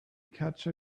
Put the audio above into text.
catch